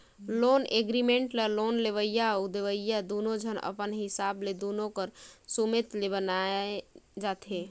loan agreement ल loan लेवइया अउ देवइया दुनो झन अपन हिसाब ले दुनो कर सुमेत ले बनाए जाथें